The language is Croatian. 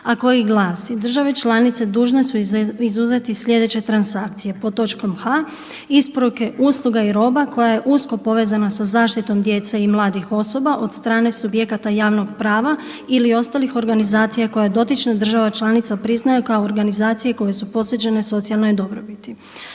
a koji glasi „države članice dužne su izuzeti slijedeće transakcije, pod točkom h isporuke usluga i roba koja je usko povezana sa zaštitom djece i mladih osoba od strane subjekata javnog prava ili ostalih organizacija koja dotična država članica priznaje kao organizacije koje su posvećene socijalnoj dobrobiti“.